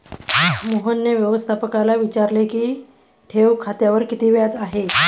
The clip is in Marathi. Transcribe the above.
मोहनने व्यवस्थापकाला विचारले की ठेव खात्यावर किती व्याज आहे?